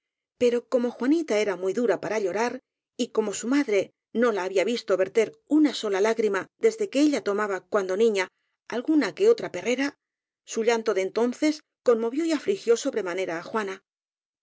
pero como juanita era muy dura para llorar y como su madre no la ha bía visto verter una sola lágrima desde que ella tomaba cuando niña alguna que otra perrera su llanto de entonces conmovió y afligió sobremane ra á juana